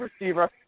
receiver